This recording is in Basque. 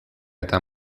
eta